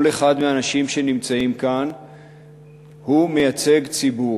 אחד מהאנשים שנמצאים כאן מייצג ציבור,